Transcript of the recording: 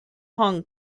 hong